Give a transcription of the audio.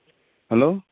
hello